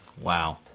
Wow